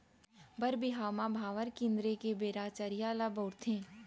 बर बिहाव म भांवर किंजरे के बेरा चरिहा ल बउरथे